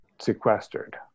sequestered